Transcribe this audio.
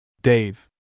Dave